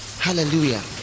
hallelujah